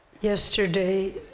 Yesterday